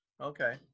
okay